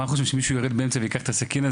מה חושבים שמישהו יירד באמצע וייקח את הסכין?